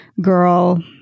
girl